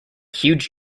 huge